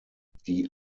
die